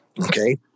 Okay